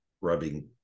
rubbing